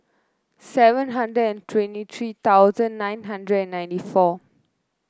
seven hundred and twenty three thousand nine hundred and ninety four